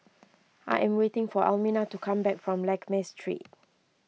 I am waiting for Elmina to come back from Lakme Street